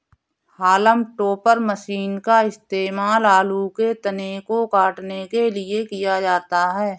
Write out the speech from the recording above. haulm topper machine का इस्तेमाल आलू के तने को काटने के लिए किया जाता है